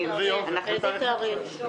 איזה תאריך זה?